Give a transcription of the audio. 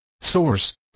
Source